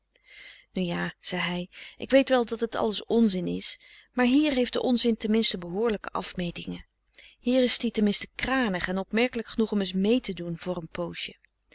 ja zei hij ik weet wel dat het alles onzin is maar hier heeft de onzin ten minste behoorlijke afmetingen hier is t ie ten minste kranig en opmerkelijk genoeg om eens méé te doen voor een poosje